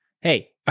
Hey